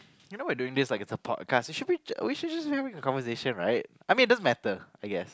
you know we're doing this like it's a podcast it should be we should just be having a conversation right I mean it doesn't matter I guess